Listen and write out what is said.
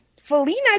Felina